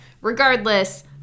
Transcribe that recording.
Regardless